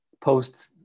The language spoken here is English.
post